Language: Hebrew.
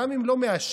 גם אם לא מה',